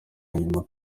hanyuma